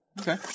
Okay